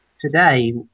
today